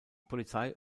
polizei